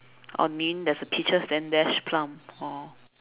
or you mean there's a peaches then dash plum oh